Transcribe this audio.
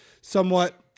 somewhat